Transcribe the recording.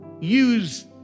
use